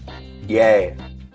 Yay